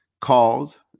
calls